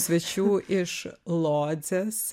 svečių iš lodzės